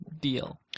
deal